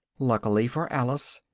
luckily for alice,